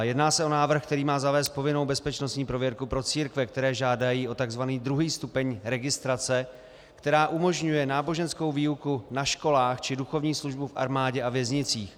Jedná se o návrh, který má zavést povinnou bezpečnostní prověrku pro církve, které žádají o tzv. druhý stupeň registrace, která umožňuje náboženskou výuku na školách či duchovní službu v armádě a věznicích.